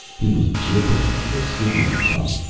he was gibbering in the stygian tongue,